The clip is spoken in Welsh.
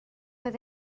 oedd